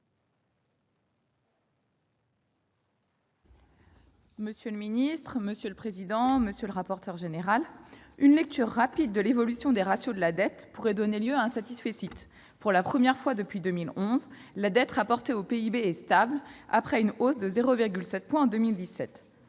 Monsieur le ministre, monsieur le président, mes chers collègues, une lecture rapide de l'évolution des ratios de la dette pourrait donner lieu à un satisfecit : pour la première fois depuis onze ans, la dette rapportée au PIB est stable, après une hausse de 0,7 point en 2017.